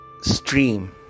stream